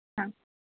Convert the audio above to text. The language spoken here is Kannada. ಹಾಂ